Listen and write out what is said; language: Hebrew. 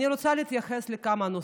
אני רוצה להתייחס לכמה נושאים,